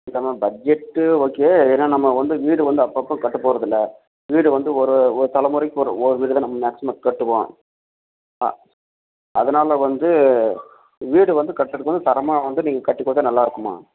இல்லைமா budget okay ஏன்னால் நம்ம வந்து வீடு வந்து அப்பப்போ கட்டப் போறதில்லை வீடு வந்து ஒரு ஒரு தலைமுறைக்கு ஒரு ஒரு வீடு தான் நம்ம மேக்ஸிமம் கட்டுவோம் அ அதனால் வந்து வீடு வந்து கட்டுறதுக்கு வந்து தரமாக வந்து நீங்கள் கட்டி கொடுத்தா நல்லா இருக்குமா